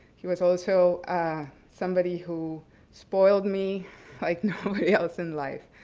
he was also somebody who spoiled me like nobody else in life.